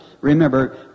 Remember